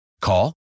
Call